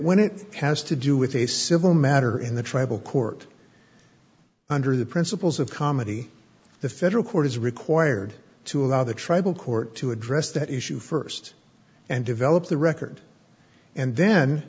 when it has to do with a civil matter in the tribal court under the principles of comedy the federal court is required to allow the tribal court to address that issue first and develop the record and then